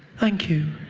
thank you.